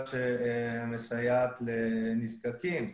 הוא פיקוח ברמת הדיווחים שהעמותה מעבירה לרשם,